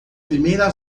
primeira